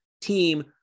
team